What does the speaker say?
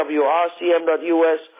wrcm.us